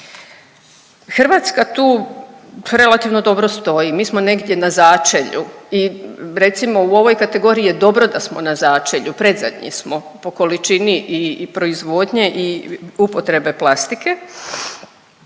Hrvatska tu relativno dobro stoji, mi smo negdje na začelju i recimo u ovoj kategoriji je dobro da smo na začelju, predzadnji smo po količini i proizvodnje i upotrebe plastike.